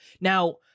Now